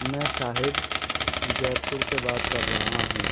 میں شاہد جَیت پور سے بات کر رہا ہوں